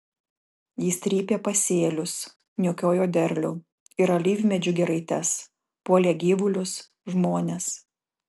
jis trypė pasėlius niokojo derlių ir alyvmedžių giraites puolė gyvulius žmones